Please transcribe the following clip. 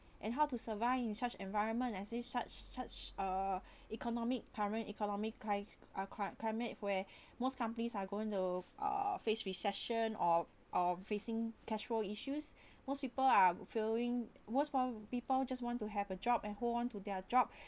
and how to survive in such an environment as it such charge uh economic current economic cli~ uh cli~ climate where most companies are going to have uh face recession or or facing cash flow issues most people are feeling most people just want to have a job and hold on to their job